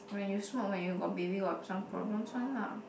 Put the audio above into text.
when you smoke when you got baby got some problems [one] lah